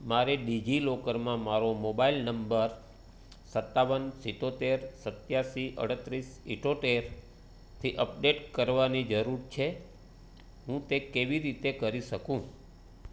મારે ડિજિલોકરમાં મારો મોબાઇલ નંબર સત્તાવન સિત્તોતેર સત્યાસી આડત્રીસ ઇઠ્ઠોતેરથી અપડેટ કરવાની જરૂર છે હું તે કેવી રીતે કરી શકું